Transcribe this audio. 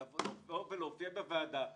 שלבוא ולהופיע בוועדה,